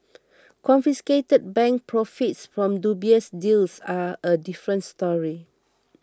confiscated bank profits from dubious deals are a different story